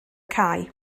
cae